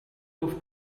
off